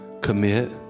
commit